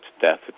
death